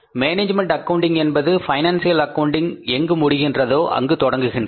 management accounting என்பது financial accounting எங்கு முடிகிறதோ அங்கு தொடங்குகின்றது